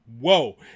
whoa